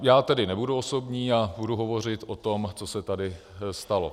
Já tedy nebudu osobní a budu hovořit o tom, co se tady stalo.